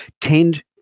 tend